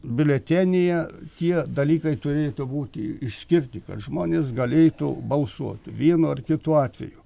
biuletenyje tie dalykai turėtų būti išskirti kad žmonės galėtų balsuot vienu ar kitu atveju